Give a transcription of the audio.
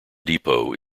depot